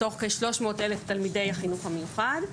מתוך כ-300 אלף תלמידי בחינוך המיוחד.